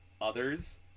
others